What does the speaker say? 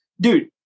dude